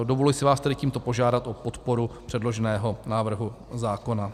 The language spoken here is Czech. Dovoluji si vás tedy tímto požádat o podporu předloženého návrhu zákona.